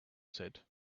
said